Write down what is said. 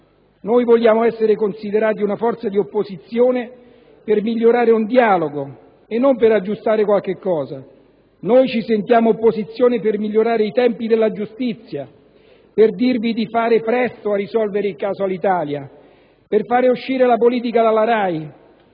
Noi vogliamo essere considerati una forza di opposizione per migliorare un dialogo e non per aggiustare qualche cosa. Noi ci sentiamo opposizione per migliorare i tempi della giustizia, per dirvi di fare presto a risolvere il caso Alitalia, per far uscire la politica dalla RAI,